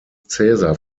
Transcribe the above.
caesar